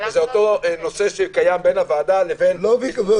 וזה אותו נושא בין הוועדה לבין --- לא שאלו אותך על זה.